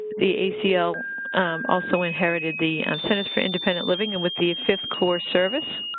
the acl also inherited the centers for independent living, and with the fifth core service.